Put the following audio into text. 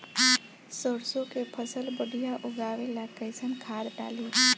सरसों के फसल बढ़िया उगावे ला कैसन खाद डाली?